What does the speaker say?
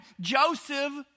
Joseph